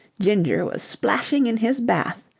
ginger was splashing in his bath,